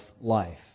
life